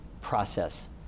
process